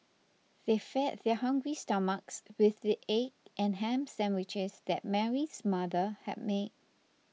they fed their hungry stomachs with the egg and ham sandwiches that Mary's mother had made